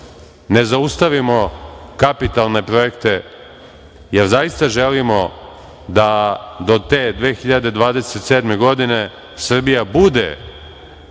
ne zaustavimo kapitalne projekte, jer zaista želimo da do te 2027. godine Srbija bude